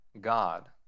God